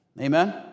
Amen